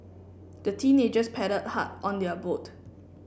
the teenagers paddled hard on their boat